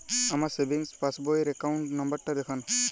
আমার savings passbook র account number টা দেখান?